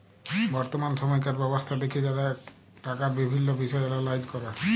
বর্তমাল সময়কার ব্যবস্থা দ্যাখে যারা টাকার বিভিল্ল্য বিষয় এলালাইজ ক্যরে